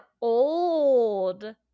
old